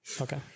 Okay